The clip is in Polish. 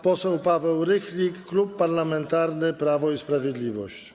Pan poseł Paweł Rychlik, Klub Parlamentarny Prawo i Sprawiedliwość.